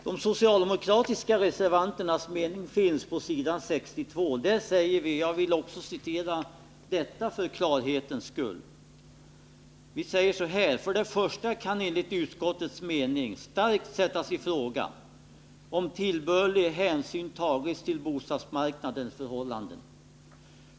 De socialdemokratiska reservanternas mening finns på s. 62. och jag vill citera även detta för klarhetens skull: ”För det första kan enligt utskottets mening starkt sättas i fråga om tillbörlig hänsyn tagits till bostadsmarknadens förhållanden.